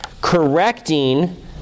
correcting